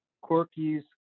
Corky's